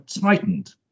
tightened